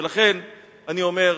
ולכן אני אומר,